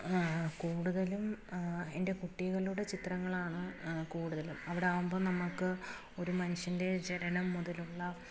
കൂടുതലും എൻ്റെ കുട്ടികളുടെ ചിത്രങ്ങളാണ് കൂടുതലും അവിടാവുമ്പോൾ നമുക്ക് ഒരു മനുഷ്യൻ്റെ ജനനം മുതലുള്ള